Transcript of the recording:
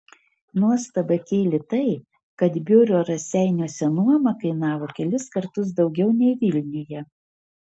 nuostabą kėlė tai kad biuro raseiniuose nuoma kainavo kelis kartus daugiau nei vilniuje